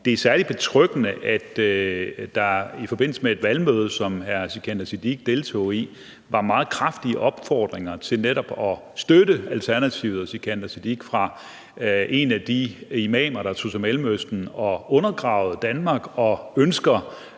det er særlig betryggende, at der i forbindelse med et valgmøde, som hr. Sikandar Siddique deltog i, blev opfordret meget kraftigt til netop at støtte Alternativet og Sikandar Siddique fra en af de imamer, der tog til Mellemøsten og undergravede Danmark, og som